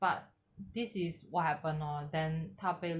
but this is what happen lor then 他被